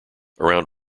around